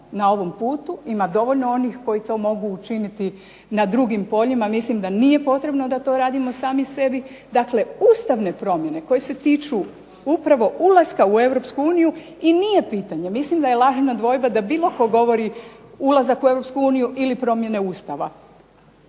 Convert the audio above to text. na ovom putu, ima dovoljno onih koji to mogu učiniti na drugim poljima, mislim da nije potrebno da to radimo sami sebi. Dakle, Ustavne promjene koje se tiču upravo ulaska u Europsku uniju, i nije pitanje, mislim da je lažna dvojba da bilo tko govori ulazak u Europsku uniju, ili promjene Ustava.